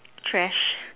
trash